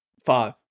Five